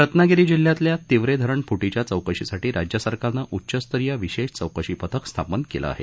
रत्नागिरी जिल्ह्यातल्या तिवरे धरण फूटीच्या चौकशीसाठी राज्य सरकारनं उच्चस्तरीय विशेष चौकशी पथक स्थापन केलं आहे